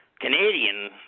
Canadian